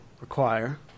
require